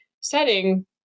setting